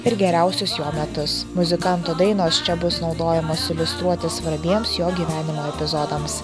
ir geriausius jo metus muzikanto dainos čia bus naudojamos iliustruoti svarbiems jo gyvenimo epizodams